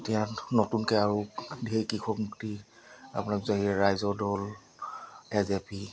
এতিয়া নতুনকৈ আৰু ঢেৰ কৃষক মুক্তি আপোনাৰ এই ৰাইজৰ দল এ জে পি